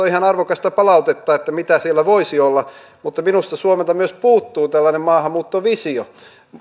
ihan arvokasta palautetta mitä siellä voisi olla mutta minusta suomelta myös puuttuu maahanmuuttovisio